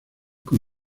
con